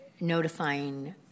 notifying